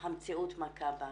המציאות מכה בנו.